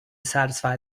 satisfy